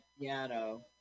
piano